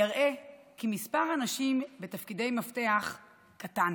יראה כי מספר הנשים בתפקידי מפתח קטן.